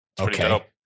okay